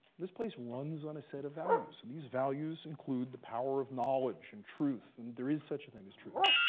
this place runs on a set of values. and these values include the power of knowledge and truth, and there is such a thing as truth,